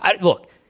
Look